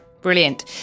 Brilliant